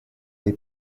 dei